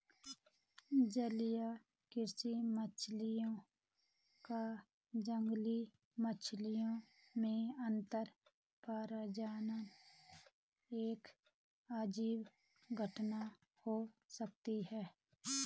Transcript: जलीय कृषि मछलियों का जंगली मछलियों में अंतःप्रजनन एक अजीब घटना हो सकती है